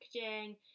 packaging